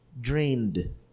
drained